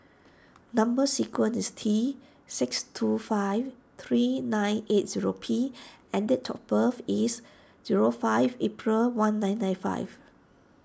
Number Sequence is T six two five three nine eight zero P and date of birth is zero five April one nine nine five